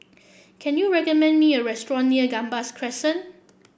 can you recommend me a restaurant near Gambas Crescent